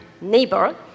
neighbor